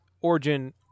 origin